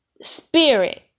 Spirit